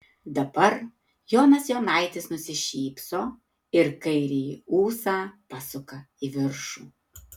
dabar jonas jonaitis nusišypso ir kairįjį ūsą pasuka į viršų